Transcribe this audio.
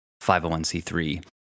501c3